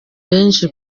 benshi